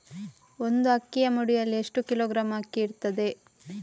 ಒಂದು ಅಕ್ಕಿಯ ಮುಡಿಯಲ್ಲಿ ಎಷ್ಟು ಕಿಲೋಗ್ರಾಂ ಅಕ್ಕಿ ಇರ್ತದೆ?